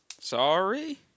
sorry